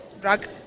drug